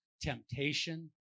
temptation